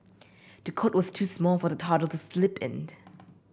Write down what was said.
the cot was too small for the toddler to sleep in